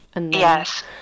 Yes